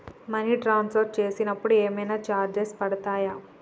Money transfer చేసినప్పుడు ఏమైనా charges పడతయా?